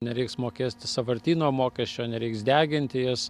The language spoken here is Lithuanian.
nereiks mokėti sąvartyno mokesčio nereiks deginti jas